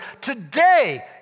today